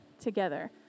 together